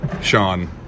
Sean